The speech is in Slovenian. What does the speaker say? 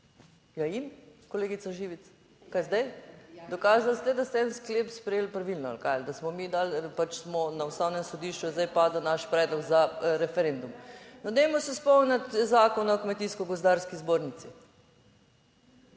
Ja in, kolegica Živic? Kaj zdaj? Dokazali ste, da ste en sklep sprejeli pravilno ali kaj? Ali da smo mi dali, pač smo, na Ustavnem sodišču je zdaj padel naš predlog za referendum? No, dajmo se spomniti Zakona o Kmetijsko gozdarski zbornici.